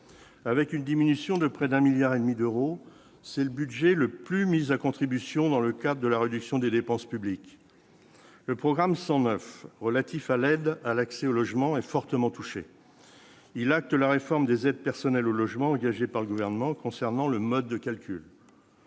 avec une diminution de près d'un milliard et demi d'euros c'est le budget le plus mis à contribution dans le cas de la réduction des dépenses publiques, le programme 109 relatifs à l'aide à l'accès au logement est fortement touchée il acte la réforme des aides personnelles au logement engagée par le gouvernement concernant le mode de calcul.